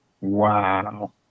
Wow